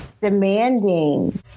demanding